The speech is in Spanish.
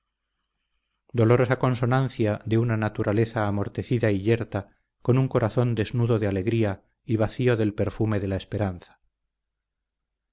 altura dolorosa consonancia de una naturaleza amortecida y yerta con un corazón desnudo de alegría y vacío del perfume de la esperanza